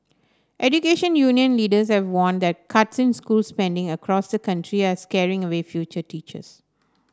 education union leaders have warned that cuts in school spending across the country are scaring away future teachers